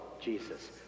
Jesus